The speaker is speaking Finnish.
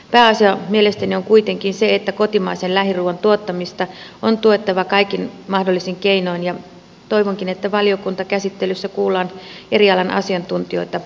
pääasia mielestäni on kuitenkin se että kotimaisen lähiruuan tuottamista on tuettava kaikin mahdollisin keinoin ja toivonkin että valiokuntakäsittelyssä kuullaan eri alan asiantuntijoita varsin laajasti